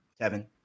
Kevin